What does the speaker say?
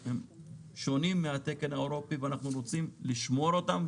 שונים מהתקן האירופי ואנחנו רוצים לשמור אותם,